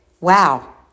wow